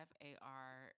f-a-r